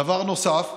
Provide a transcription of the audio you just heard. דבר נוסף,